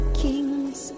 kings